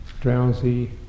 drowsy